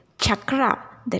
chakra